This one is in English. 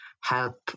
help